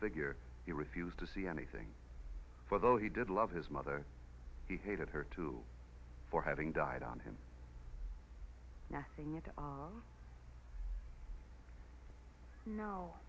figure he refused to see anything for though he did love his mother he hated her too for having died on him and